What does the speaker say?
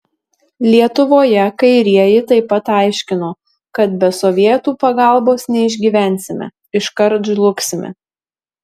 lietuvoje kairieji taip pat aiškino kad be sovietų pagalbos neišgyvensime iškart žlugsime